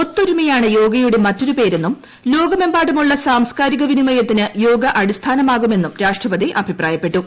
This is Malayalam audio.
ഒത്തൊരുമയാണ് യോഗയുടെ മറ്റൊരു പേരെന്നും ലോകമെമ്പാ ടുമുള്ള സാംസ്കാരിക വിനിമയത്തിന് യോഗ അടിസ്ഥാനമാകു മെന്നും രാഷ്ട്രപതി അഭിപ്രായപ്പെട്ടു